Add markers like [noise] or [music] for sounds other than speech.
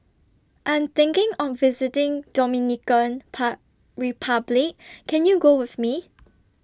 I'm thinking of visiting Dominican [unintelligible] Republic Can YOU Go with Me